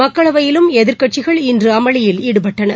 மக்களவையிலும் எதிர்க்கட்சிகள் இன்று அமளியில் ஈடுபட்டனர்